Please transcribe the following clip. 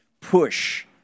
push